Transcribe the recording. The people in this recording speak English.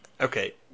okay